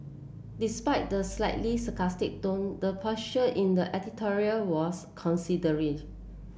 despite the slightly sarcastic tone the posture in the editorial was